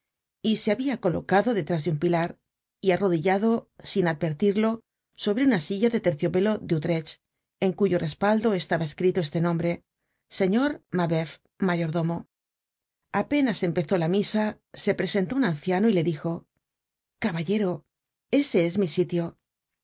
y se habia colocado detrás de un pilar y arrodillado sin advertirlo sobre una silla de terciopelo de utrecht en cuyo respaldo estaba escrito este nombre señor mabeuf mayordomo apenas empezó la misa se presentó un anciano y le dijo caballero ese es mi sitio